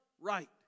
Right